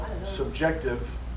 Subjective